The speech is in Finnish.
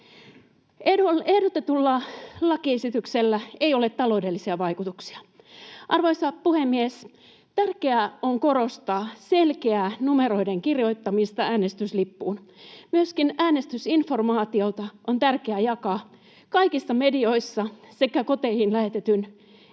Ehdotetulla lakiesityksellä ei ole taloudellisia vaikutuksia. Arvoisa puhemies! Tärkeää on korostaa selkeää numeroiden kirjoittamista äänestyslippuun. Myöskin äänestysinformaatiota on tärkeää jakaa kaikissa medioissa sekä koteihin lähetetyn